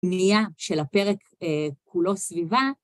פנייה של הפרק כולו סביבה.